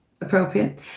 appropriate